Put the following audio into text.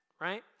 right